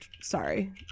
sorry